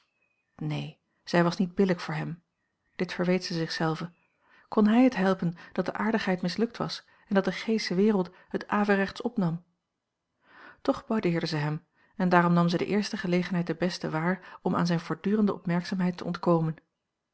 neen zij was niet billijk voor hem dit verweet zij zich zelve kon hij het helpen dat de aardigheid mislukt was en dat de g sche wereld het averechts opnam toch boudeerde zij hem en daarom nam zij de eerste gelegenheid de beste waar om aan zijne voortdurende opmerkzaamheid te ontkomen